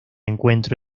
encuentro